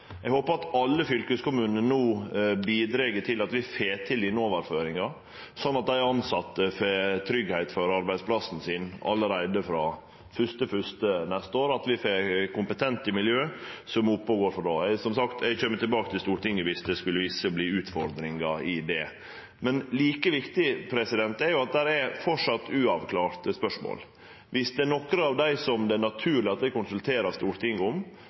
Eg håpar likevel det skal vere unødvendig. Eg håpar at alle fylkeskommunane no bidreg til at vi får til denne overføringa, sånn at dei tilsette får tryggleik for arbeidsplassen sin allereie frå 1. januar neste år, og at vi får kompetente miljø som er oppe og går frå då av. Og som sagt kjem eg tilbake til Stortinget viss det skulle vise seg å verte utfordringar i det. Men like viktig er jo at det framleis er uavklarte spørsmål. Viss det er nokon av dei som det er naturleg at eg konsulterer